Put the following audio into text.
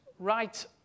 Right